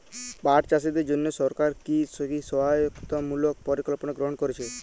পাট চাষীদের জন্য সরকার কি কি সহায়তামূলক পরিকল্পনা গ্রহণ করেছে?